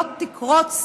לא תקרוץ